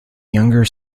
younger